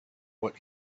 what